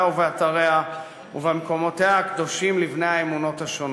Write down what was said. ובאתריה ובמקומותיה הקדושים לבני האמונות השונות.